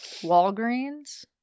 Walgreens